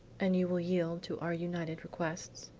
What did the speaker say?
and you will yield to our united requests?